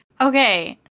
Okay